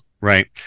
Right